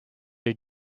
your